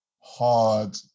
hard